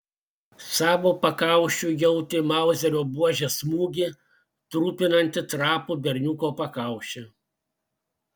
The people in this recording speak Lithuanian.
savo pakaušiu jautė mauzerio buožės smūgį trupinantį trapų berniuko pakaušį